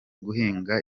guhinga